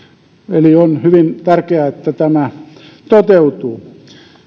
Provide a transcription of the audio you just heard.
eli on hyvin tärkeää että tämä toteutuu